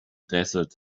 desert